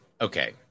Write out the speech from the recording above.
okay